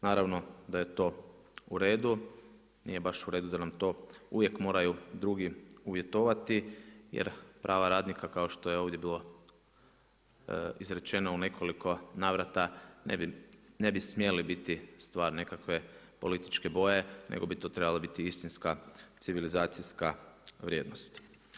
Naravno da je to u redu, nije baš u redu da nam to uvijek moraju drugi uvjetovati, jer prava radnika, kao što je ovdje bilo izrečeno u nekoliko navrata ne bi smijale biti stvar nekakve političke boje, nego bi to trebala biti istinska civilizacijska vrijednost.